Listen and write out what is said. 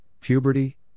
puberty